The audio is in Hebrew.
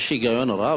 יש היגיון רב.